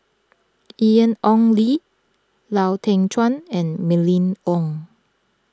Ian Ong Li Lau Teng Chuan and Mylene Ong